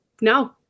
No